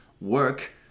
work